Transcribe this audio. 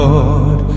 Lord